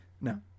No